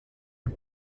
und